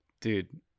dude